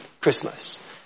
Christmas